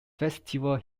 festival